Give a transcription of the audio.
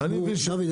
דוד,